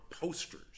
posters